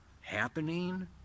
happening